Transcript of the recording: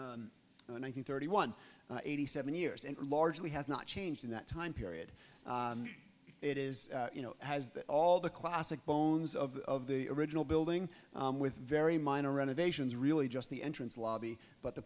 hundred thirty one eighty seven years and largely has not changed in that time period it is you know has all the classic bones of the original building with very minor renovations really just the entrance lobby but the